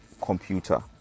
computer